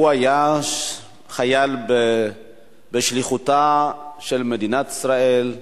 הוא היה חייל בשליחותה של מדינת ישראל,